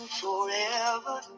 forever